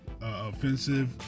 offensive